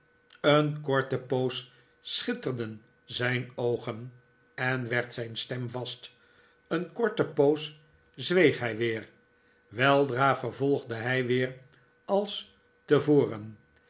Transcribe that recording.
een korte poos schitterden zijn oogen en werd zijn stem vast een korte poos zweeg hij weer weldra vervolgde hij weer als